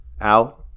out